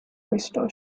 crystal